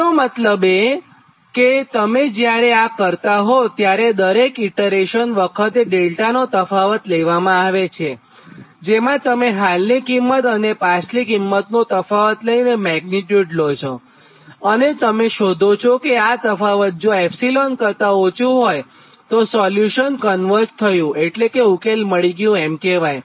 તેનો મતલબ કે જ્યારે તમે આ કરતાં હોવ ત્યારે દરેક ઇટરેશન વખતે ડેલ્ટાનો તફાવત લેવામાં આવે છેજેમાં તમે હાલની કિંમત અને પાછલી કિંમતનો તફાવત લઇને મેગ્નીટ્યુડ લો છો અને તમે શોધો છો કે આ તફાવત જો એપ્સિલોન ε કરતાં ઓછું હોયતો સોલ્યુશન કન્વર્જ થયું એટલે કે ઉકેલ મળી ગયું એમ કહેવાય